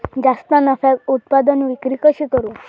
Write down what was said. जास्त नफ्याक उत्पादन विक्री कशी करू?